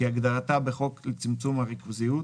כהגדרתה בחוק לצמצום הריכוזיות,